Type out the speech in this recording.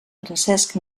francesc